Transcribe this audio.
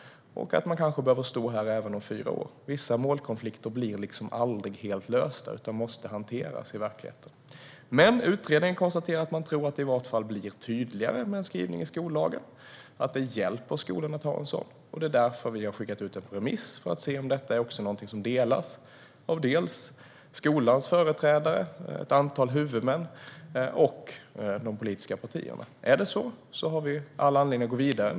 Vi kanske måste stå här igen om fyra år. Vissa målkonflikter blir aldrig helt lösta utan måste hanteras i verkligheten. Utredaren tror dock att det blir tydligare med en skrivning i skollagen och att det hjälper skolorna att ha en sådan. Vi har skickat ut utredningen på remiss för att se om denna åsikt delas av skolans företrädare, ett antal huvudmän och de politiska partierna. Om den gör det har vi all anledning att gå vidare.